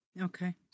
Okay